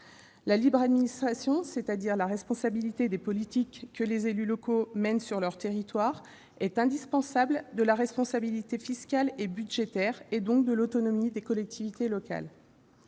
La libre administration, c'est-à-dire la responsabilité des politiques que les élus locaux mènent sur leur territoire, est indissociable de la responsabilité fiscale et budgétaire, donc de l'autonomie des collectivités territoriales.